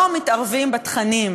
לא מתערבת בתכנים,